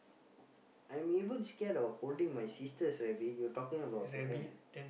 I'm even scared of holding my sister's rabbit you talking about